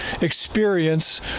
experience